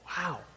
Wow